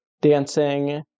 dancing